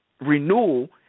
Renewal